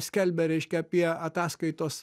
skelbė reiškia apie ataskaitos